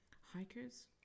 hikers